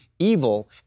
evil